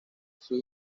sus